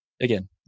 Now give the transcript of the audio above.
again